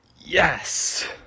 yes